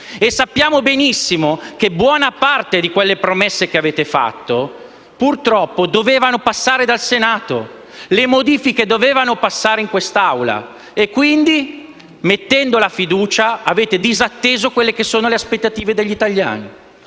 sappiamo benissimo che buona parte di quelle promesse, purtroppo, dovevano passare dal Senato. Le modifiche dovevano passare in questa Assemblea. E quindi, mettendo la fiducia, avete disatteso le aspettative degli italiani,